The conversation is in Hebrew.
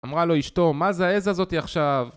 אמרה לו אשתו מה זה העז הזאתי עכשיו